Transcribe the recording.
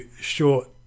short